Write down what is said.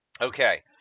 okay